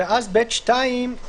ואז סעיף 22כג(ב)(2)